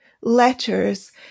letters